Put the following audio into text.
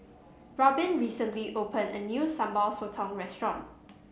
Robyn recently opened a new Sambal Sotong restaurant